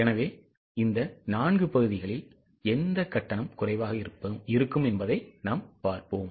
எனவே இந்த நான்கு பகுதிகளில் எந்த கட்டணம் குறைவாக இருக்கும் என்பதை நாம் பார்ப்போம்